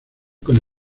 con